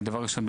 דבר ראשון,